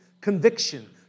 conviction